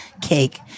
cake